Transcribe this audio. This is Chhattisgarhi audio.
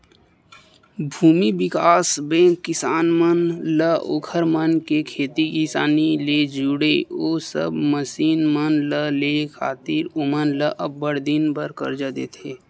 भूमि बिकास बेंक किसान मन ला ओखर मन के खेती किसानी ले जुड़े ओ सब मसीन मन ल लेय खातिर ओमन ल अब्बड़ दिन बर करजा देथे